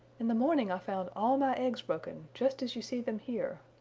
in the morning i found all my eggs broken, just as you see them here.